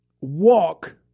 walk